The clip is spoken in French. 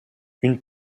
une